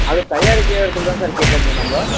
அதை தயாரிக்கிற இடத்துலதான் கேட்க முடியும் நம்ப